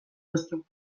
duzu